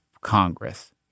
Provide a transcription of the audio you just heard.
Congress